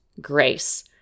grace